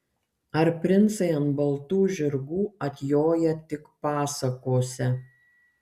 ar princai ant baltų žirgų atjoja tik pasakose